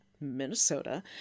Minnesota